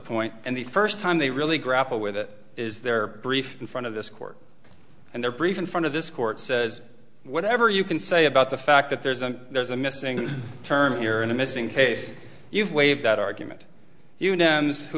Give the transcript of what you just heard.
point and the first time they really grapple with it is their brief in front of this court and their brief in front of this court says whatever you can say about the fact that there's a there's a missing term here and a missing case you've waived that argument